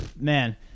man